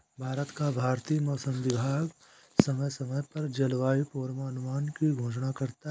भारत का भारतीय मौसम विभाग समय समय पर जलवायु पूर्वानुमान की घोषणा करता है